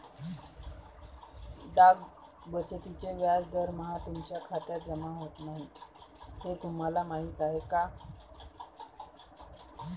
डाक बचतीचे व्याज दरमहा तुमच्या खात्यात जमा होत नाही हे तुम्हाला माहीत आहे का?